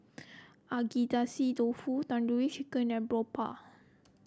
Agedashi Dofu Tandoori Chicken and Boribap